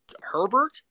Herbert